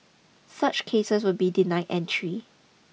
such cases will be denied entry